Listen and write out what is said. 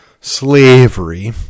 slavery